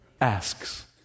asks